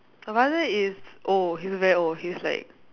my father is old he's very old he's like